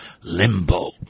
Limbo